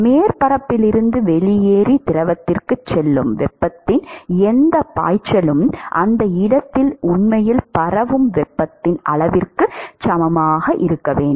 மேற்பரப்பிலிருந்து வெளியேறி திரவத்திற்குச் செல்லும் வெப்பத்தின் எந்தப் பாய்ச்சலும் அந்த இடத்தில் உண்மையில் பரவும் வெப்பத்தின் அளவிற்குச் சமமாக இருக்க வேண்டும்